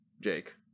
Jake